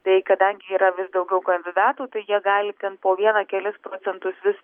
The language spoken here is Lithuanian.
tai kadangi yra vis daugiau kandidatų tai jie gali ten po vieną kelis procentus vis